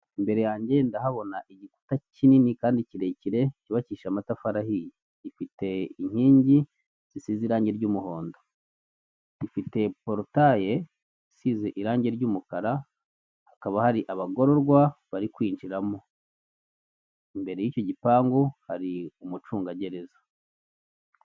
Imbere yanjye ndahabona igikuta kinini kandi kirekire cyubakishije amatafari ahiye, gifite inkingi zisize irangi ry'umuhondo, gifite porutaye isize irangi ry'umukara hakaba hari abagororwa bari kwinjiramo, imbere y'icyo gipangu hari umucungagereza.